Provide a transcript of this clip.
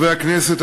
חברי הכנסת,